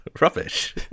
Rubbish